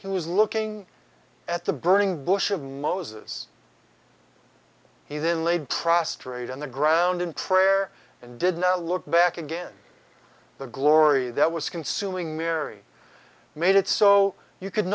he was looking at the burning bush of moses he then laid prostrate on the ground in prayer and did not look back again the glory that was consuming mary made it so you c